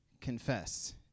confess